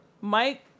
Mike